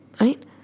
Right